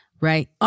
right